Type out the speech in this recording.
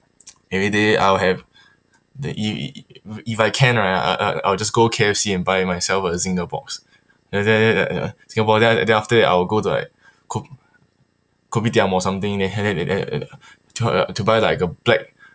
every day I will have the i~ if I can right I I I will just go K_F_C and buy myself a zinger box and then zinger box the~ then after that I will go to like kop~ kopitiam of something then have it to buy like a black